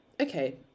Okay